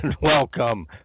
welcome